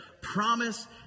promise